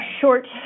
short